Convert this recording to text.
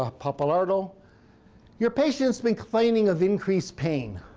ah pappalardo your patient has been complaining of increased pain